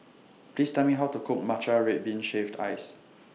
Please Tell Me How to Cook Matcha Red Bean Shaved Ice